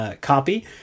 copy